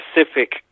specific